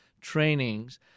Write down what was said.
trainings